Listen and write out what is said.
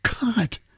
God